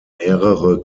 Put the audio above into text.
mehrere